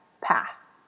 path